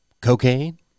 cocaine